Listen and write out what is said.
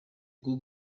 bwo